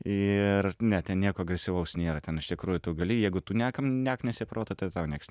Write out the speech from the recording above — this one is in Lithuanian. ir ne ten nieko agresyvaus nėra ten iš tikrųjų tu gali jeigu tu niekam neknisi proto tai tau nieks